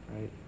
right